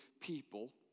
people